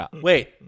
wait